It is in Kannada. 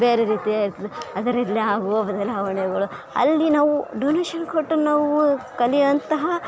ಬೇರೆ ರೀತಿಯೇ ಇರ್ತದೆ ಅದರಲ್ಲಿ ಆಗೋ ಬದಲಾವಣೆಗಳು ಅಲ್ಲಿ ನಾವು ಡುನುಶುನ್ ಕೊಟ್ಟು ನಾವು ಕಲಿಯುವಂತಹ